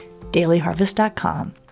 dailyharvest.com